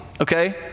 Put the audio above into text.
okay